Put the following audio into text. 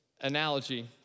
analogy